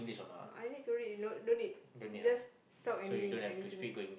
!huh! I need to read you know no need you just talk any anything